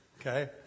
Okay